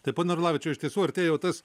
tai pone orlavičiau iš tiesų artėja jau tas